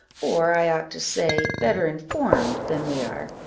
or, i ought to say, better informed, than we are,